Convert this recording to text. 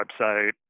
website